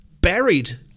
buried